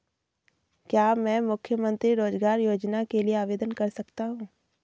क्या मैं मुख्यमंत्री रोज़गार योजना के लिए आवेदन कर सकता हूँ?